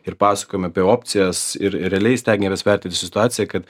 ir pasakojam apie opcijas ir realiai stengiamės vertint situaciją kad